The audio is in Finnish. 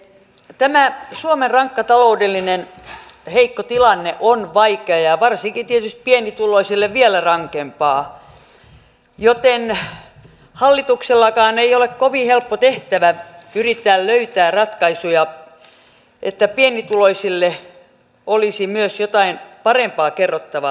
tämä suomen rankka taloudellinen heikko tilanne on vaikea ja on varsinkin tietysti pienituloisille vielä rankempaa joten hallituksellakaan ei ole kovin helppo tehtävä yrittää löytää ratkaisuja että pienituloisille olisi myös jotain parempaa kerrottavaa